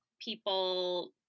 people